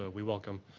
ah we welcome